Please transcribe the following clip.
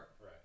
Right